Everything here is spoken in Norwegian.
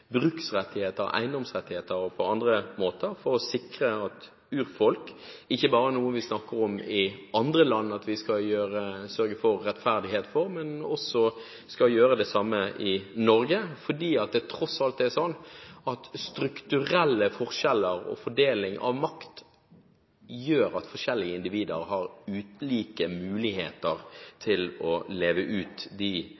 bruksrettigheter, eiendomsrettigheter og på andre måter, er bra. Vi må sikre at rettferdighet for urfolk ikke bare er noe vi snakker om at andre land skal sørge for, men at vi også skal gjøre det samme i Norge. Tross alt er det sånn at strukturelle forskjeller og fordeling av makt gjør at forskjellige individer har like muligheter